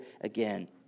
again